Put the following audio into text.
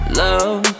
love